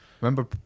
remember